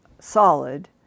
solid